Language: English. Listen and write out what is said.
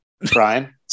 Brian